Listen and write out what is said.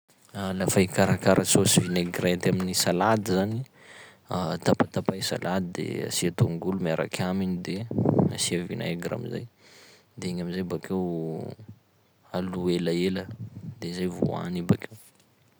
Lafa hikarakara saosy vinaigrette amin'ny salady zany, tapatapay salady de asia tongolo miaraky aminy de asia vinaigre amizay, de igny am'zay bakeo alo elaela de zay vao hoany bakeo.